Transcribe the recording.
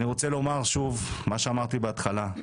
אני רוצה לומר שוב מה שאמרתי בהתחלה.